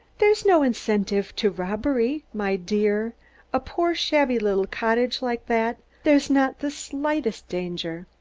there's no incentive to robbery, my dear a poor, shabby little cottage like that. there is not the slightest danger.